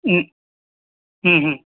ಹ್ಞೂ ಹ್ಞೂ ಹ್ಞೂ